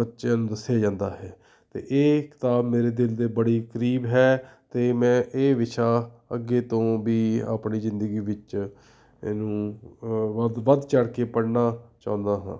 ਬੱਚਿਆਂ ਨੂੰ ਦੱਸਿਆ ਜਾਂਦਾ ਹੈ ਅਤੇ ਇਹ ਕਿਤਾਬ ਮੇਰੇ ਦਿਲ ਦੇ ਬੜੀ ਕਰੀਬ ਹੈ ਅਤੇ ਮੈਂ ਇਹ ਵਿਸ਼ਾ ਅੱਗੇ ਤੋਂ ਵੀ ਆਪਣੀ ਜ਼ਿੰਦਗੀ ਵਿੱਚ ਇਹਨੂੰ ਵੱਧ ਵੱਧ ਚੜ੍ਹ ਕੇ ਪੜ੍ਹਨਾ ਚਾਹੁੰਦਾ ਹਾਂ